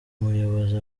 muyobozi